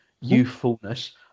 youthfulness